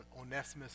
Onesimus